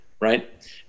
right